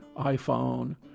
iphone